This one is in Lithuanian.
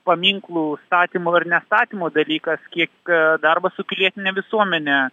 paminklų statymo ar nestatymo dalykas kiek darbas su pilietine visuomene